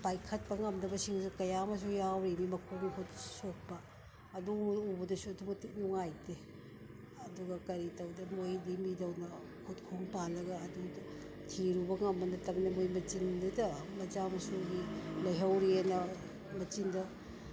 ꯄꯥꯏꯈꯠꯄ ꯉꯝꯗꯕꯁꯤꯡꯁꯨ ꯀꯌꯥ ꯑꯃꯁꯨ ꯌꯥꯎꯔꯤꯅꯤ ꯃꯈꯣꯡ ꯃꯈꯨꯠ ꯁꯣꯛꯄ ꯑꯗꯨꯒꯨꯝꯕ ꯎꯕꯗꯁꯨ ꯑꯗꯨꯛ ꯃꯇꯤꯛ ꯅꯨꯡꯉꯥꯏꯇꯦ ꯑꯗꯨꯒ ꯀꯔꯤ ꯇꯧꯕ ꯃꯈꯣꯏꯗꯤ ꯃꯤꯗꯧꯅ ꯈꯨꯠ ꯈꯣꯡ ꯄꯥꯜꯂꯒ ꯑꯗꯨꯝ ꯊꯤꯔꯨꯕ ꯉꯝꯕ ꯅꯠꯇꯕꯅꯤꯅ ꯃꯈꯣꯏ ꯃꯆꯤꯟꯗꯇ ꯃꯆꯥ ꯃꯁꯨꯒꯤ ꯂꯩꯍꯧꯔꯤꯌꯦꯅ ꯃꯆꯤꯟꯗ